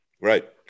right